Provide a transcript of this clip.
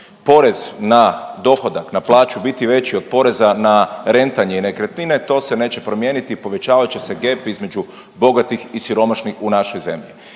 porez na dohodak, na plaću biti veći od poreza na rentanje i nekretnine to se neće promijeniti i povećavat će se gep između bogatih i siromašnih u našoj zemlji.